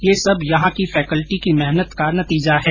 यह सब यहां की फैंकल्टी की मेहनत का नतीजा है